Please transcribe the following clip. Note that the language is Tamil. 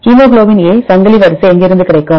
ஹீமோகுளோபின் A சங்கிலி வரிசை எங்கிருந்து கிடைக்கும்